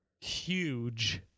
huge